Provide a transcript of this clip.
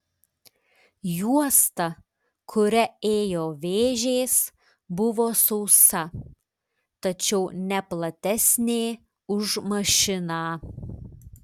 juosta kuria ėjo vėžės buvo sausa tačiau ne platesnė už mašiną